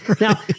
Now